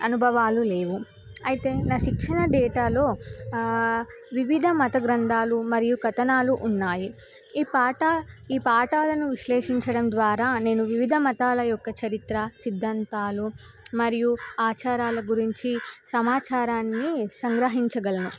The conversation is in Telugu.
అనుభవాలు లేవు అయితే నా శిక్షణ డేటాలో వివిధ మత గ్రంథాలు మరియు కథనాలు ఉన్నాయి ఈ పాఠ ఈ పాఠాలను విశ్లేషించడం ద్వారా నేను వివిధ మతాల యొక్క చరిత్ర సిద్ధంతాలు మరియు ఆచారాల గురించి సమాచారాన్ని సంగ్రహించగలను